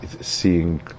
seeing